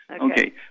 Okay